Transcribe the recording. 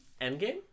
Endgame